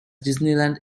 disneyland